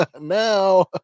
now